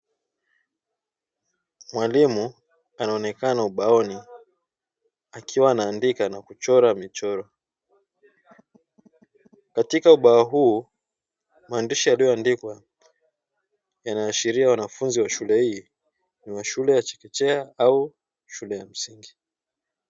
Mwalimu anaonekana ubaoni akiwa anaandika na kuchora michoro. Katika ubao huu maandishi yaliyo andikwa yanaashiria wanafunzi wa shule hii ni wa shule ya chekechea au shule ya msingi.